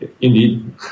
indeed